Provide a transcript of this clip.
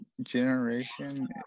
generation